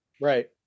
Right